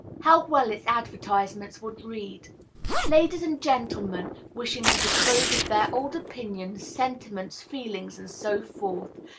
how well its advertisements would read ladies and gentlemen wishing to dispose of their old opinions, sentiments, feelings, and so forth,